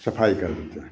सफाई कर देते हैं